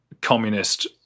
communist